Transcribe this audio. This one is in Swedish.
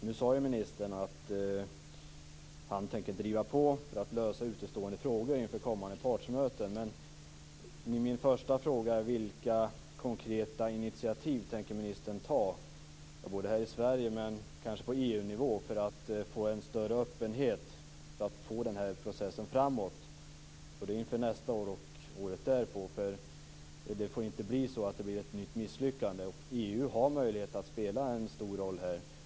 Nu sade ministern att han tänker driva på för att lösa utestående frågor inför kommande partsmöte. Sverige och på EU-nivå för att få en större öppenhet för att driva processen framåt nästa år och året därpå? Det får inte bli ett nytt misslyckande. EU har möjlighet att spela en stor roll.